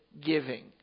giving